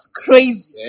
crazy